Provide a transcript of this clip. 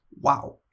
wow